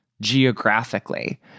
geographically